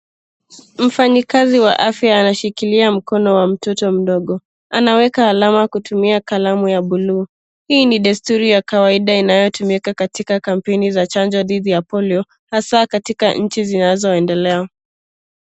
Mfanyikazi wa afya anashikilia mkono wa mtoto mdogo. Anaweka alama kutumia kalamu ya bluu. Hii ni desturi ya kawaida inayotumika katika kampeni za chanjo dhidi ya polio hasa katika nchi zinazoendelea.